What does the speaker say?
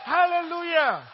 Hallelujah